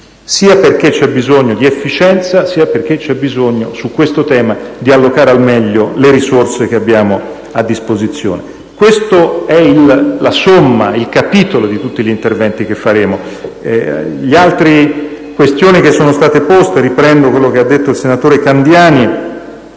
sia perché c'è bisogno di efficienza, sia perché c'è bisogno, su questo tema, di allocare al meglio le risorse che abbiamo a disposizione. Questa è la somma di tutti gli interventi che faremo. Per quanto riguarda le altre questioni che sono state poste, riprendo quello che ha detto il senatore Candiani: